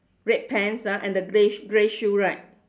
red pants ah and the grey sh~ grey shoe right